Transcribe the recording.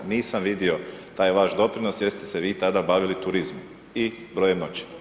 Nisam vidio taj vaš doprinos jer ste se vi tada bavili turizmom i brojem noćenja.